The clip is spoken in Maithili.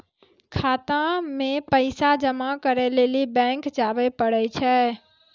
खाता मे पैसा जमा करै लेली बैंक जावै परै छै